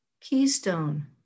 keystone